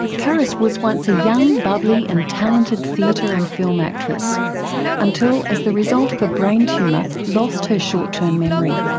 caris was once a young, bubbly and talented theatre and film actress until, as the result of a brain tumour, lost her short term memory.